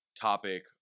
topic